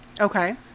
Okay